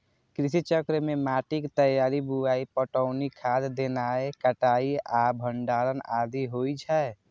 कृषि चक्र मे माटिक तैयारी, बुआई, पटौनी, खाद देनाय, कटाइ आ भंडारण आदि होइ छै